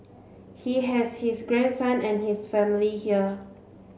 he has his grandson and his family here